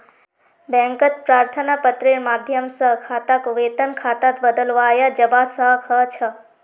बैंकत प्रार्थना पत्रेर माध्यम स खाताक वेतन खातात बदलवाया जबा स ख छ